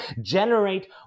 generate